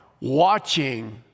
watching